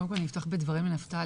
קודם כל אני אפתח בדברים לנפתלי,